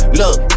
look